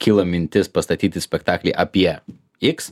kyla mintis pastatyti spektaklį apie x